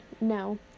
no